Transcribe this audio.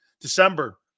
December